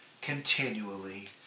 continually